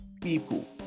people